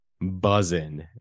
buzzing